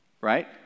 right